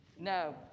No